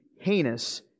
heinous